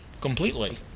Completely